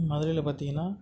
மதுரையில் பார்த்தீங்கன்னா